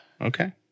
Okay